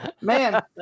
man